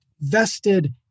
vested